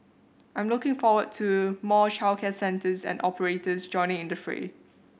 I'm looking forward to more childcare centres and operators joining in the fray